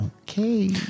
Okay